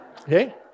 Okay